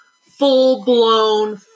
full-blown